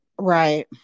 Right